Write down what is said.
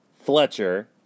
Fletcher